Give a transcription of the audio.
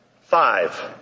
five